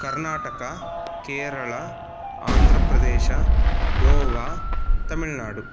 Karnataka Kerala Andhra Pradesh Goa Tamil Nadu